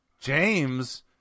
James